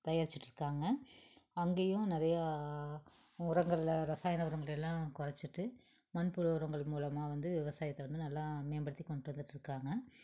தயாரிச்சிகிட்ருக்காங்க அங்கேயும் நிறையா உரங்கள்ல ரசாயனம் உரங்களெல்லாம் குறச்சிட்டு மண்புழு உரங்கள் மூலமாக வந்து விவசாயத்தை வந்து நல்லா மேம்படுத்தி கொண்டு வந்துகிட்ருக்காங்க